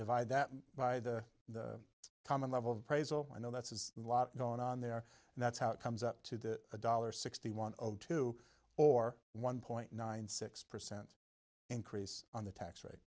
divide that by the common level of appraisal i know that's a lot going on there and that's how it comes up to the dollar sixty one two or one point nine six percent increase on the tax rate